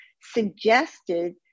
suggested